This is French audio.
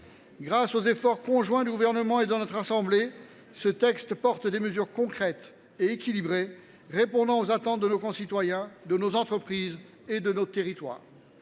Grâce aux efforts conjoints du Gouvernement et de notre assemblée, ce texte porte des mesures concrètes et équilibrées, répondant aux attentes de nos concitoyens, de nos entreprises et de nos territoires.